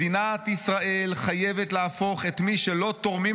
מדינת ישראל חייבת להפוך את מי שלא תורמים